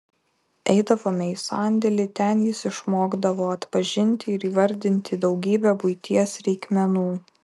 eidavome į sandėlį ten jis išmokdavo atpažinti ir įvardinti daugybę buities reikmenų